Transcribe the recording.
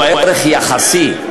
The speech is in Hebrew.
הוא ערך יחסי.